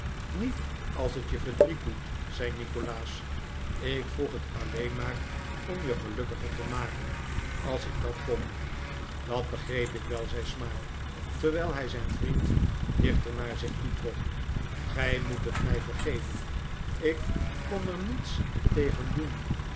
niet als het je verdriet doet zei nikolaas ik vroeg het alleen maar om je gelukkiger te maken als ik dat kon dat begreep ik wel zei smike terwijl hij zijn vriend dichter naar zich toe trok gij moet het mij vergeven ik kon er niets tegen doen